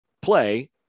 play